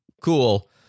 cool